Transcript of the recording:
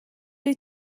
wyt